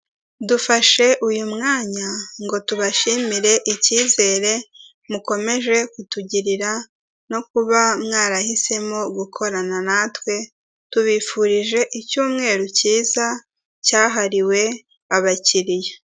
Dufashe uyu mwanya ngo tubashimire ikizere mukomeje kutugirira no kuba mwarahisemo gukorana natwe tubifurije icyumweru cyiza cyahariwe abakiliya.